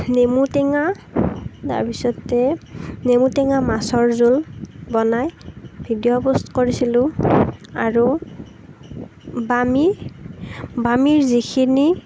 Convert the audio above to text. নেমু টেঙা তাৰ পিছতে নেমু টেঙা মাছৰ জোল বনাই ভিডিঅ' পষ্ট কৰিছিলো আৰু বামি বামিৰ যিখিনি